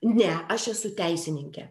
ne aš esu teisininkė